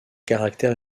caractère